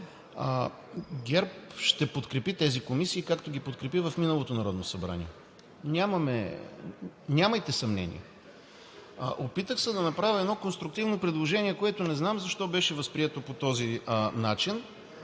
ГЕРБ ще подкрепи тези комисии, както ги подкрепи в миналото Народно събрание – нямайте съмнение. Опитах се да направя едно конструктивно предложение, което не знам защо беше възприето по този начин.